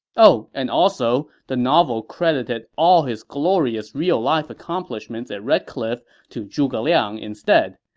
oh, and also, the novel credited all his glorious real-life accomplishments at red cliff to zhuge liang instead,